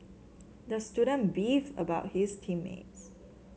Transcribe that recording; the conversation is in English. the student beefed about his team mates